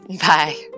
Bye